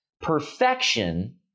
Perfection